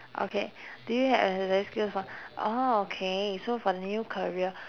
okay do you ha~ have the skills for oh okay so for new career